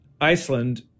Iceland